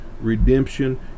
redemption